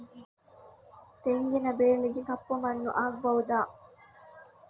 ತೆಂಗಿನ ಬೆಳೆಗೆ ಕಪ್ಪು ಮಣ್ಣು ಆಗ್ಬಹುದಾ?